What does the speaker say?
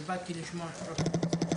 באתי לשמוע את פרופ' יציב.